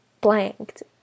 blanked